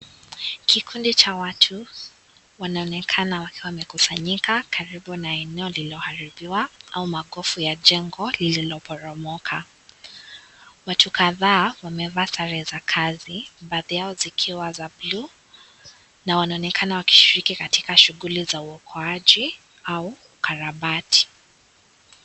Kikundi cha watu wanaonekana wakiwa wamekusanyika, karibu na eneo lililoharibiwa au makofi ya jengo lililoporomoka. Watu kadhaa wamevaa sare za kazi, baadhi yao zikiwa za buluu na wanaonekana wakishiriki katika shughuli za uokoaji au ukarabati.